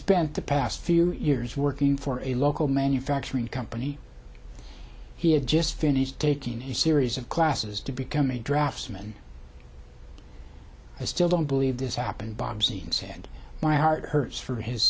spent the past few years working for a local manufacturing company he had just finished taking a series of classes to become a draftsman i still don't believe this happened bob's even said my heart hurts for his